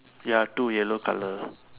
ya two yellow colour